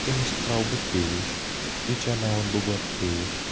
أمِس تراوٕ بہٕ تریش یہِ چیاناوَن بہٕ گوڈٕ تریش